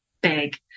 big